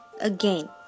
again